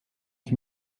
ich